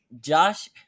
josh